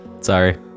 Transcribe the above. Sorry